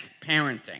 parenting